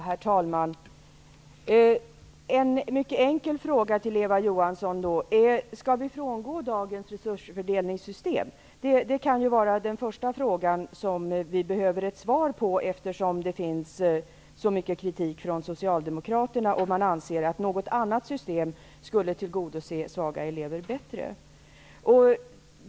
Herr talman! Jag har en mycket enkel fråga till Eva Johansson. Skall vi frångå dagens resursfördelningssystem? Det kan vara den första fråga som vi behöver ett svar på. Det förekommer nämligen mycket kritik från socialdemokraterna. Anser man att något annat system bättre skulle tillgodose svaga elevers behov?